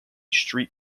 street